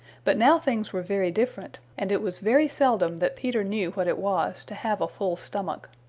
but now things were very different, and it was very seldom that peter knew what it was to have a full stomach.